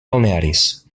balnearis